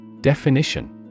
Definition